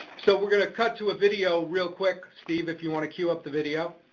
so we're gonna cut to a video real quick, steve, if you want to cue up the video.